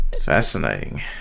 Fascinating